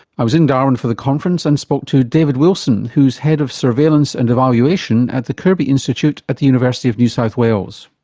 i was in darwin for the conference and spoke to david wilson who is head of surveillance and evaluation at the kirby institute at the university of new south wales.